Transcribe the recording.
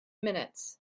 minutes